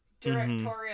directorial